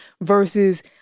versus